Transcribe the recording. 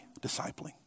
discipling